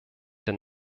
den